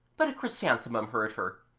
but a chrysanthemum heard her,